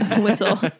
whistle